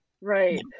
right